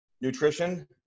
nutrition